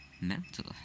mental